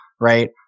right